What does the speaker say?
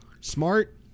smart